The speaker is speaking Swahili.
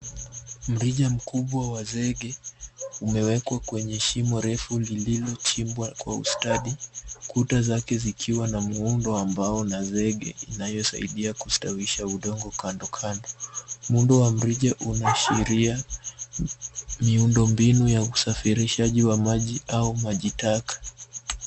Mrija mkubwa wa zege umewekwa kwenye shimo refu lililochimbwa kwa ustadi kuta zake zikiwa na muundo wa mbao na zege inayosaidia kustawisha udongo kando kando. Muundo wa mrija unaashiria miundombinu ya usafirishajiwa maji au maji taka.